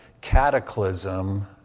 cataclysm